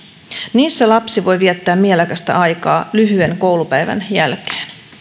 niissä lapsi voi viettää mielekästä aikaa lyhyen koulupäivän jälkeen